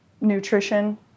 nutrition